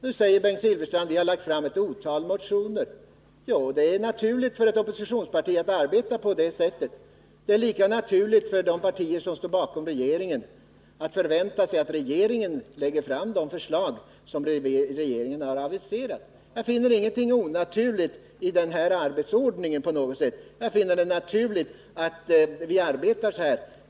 Nu säger Bengt Silfverstrand: ”Vi har lagt fram ett otal motioner.” Ja, det är naturligt för ett oppositionsparti att arbeta på det sättet. Det är lika naturligt för de partier som står bakom regeringen att förvänta sig att regeringen lägger fram de förslag som den har aviserat. Jag finner ingenting onaturligt i denna arbetsordning, och det är naturligt att vi arbetar så här.